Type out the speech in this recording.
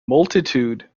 multitude